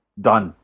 Done